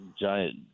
giant